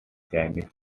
chinese